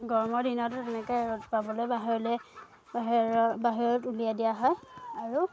গৰমৰ দিনতো তেনেকৈ ৰ'দ পাবলৈ বাহিৰলৈ বাহিৰৰ বাহিৰত উলিয়াই দিয়া হয় আৰু